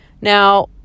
Now